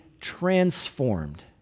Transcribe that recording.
transformed